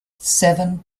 seven